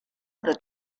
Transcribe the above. other